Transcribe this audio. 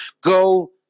Go